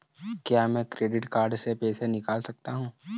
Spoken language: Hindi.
क्या मैं क्रेडिट कार्ड से पैसे निकाल सकता हूँ?